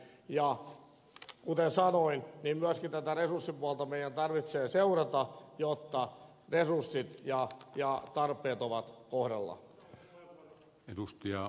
kuten sanoin myöskin tätä resurssipuolta meidän tarvitsee seurata jotta resurssit ja tarpeet ovat kohdallaan